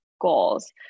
goals